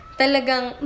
talagang